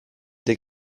des